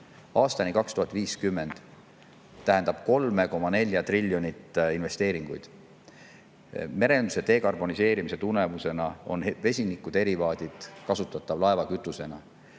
aastaks 2050 tähendab 3,4 triljonit eurot investeeringuid. Merenduse dekarboniseerimise tulemusena on vesiniku derivaadid kasutatavad laevakütusena.